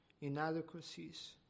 inadequacies